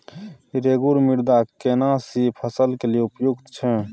रेगुर मृदा केना सी फसल के लिये उपयुक्त छै?